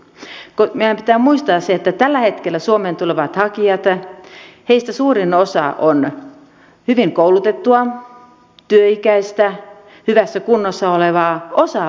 meidän pitää muistaa se että tällä hetkellä suomeen tulevista hakijoista suurin osa on hyvin koulutettua työikäistä hyvässä kunnossa olevaa osaavaa väestöä